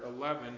11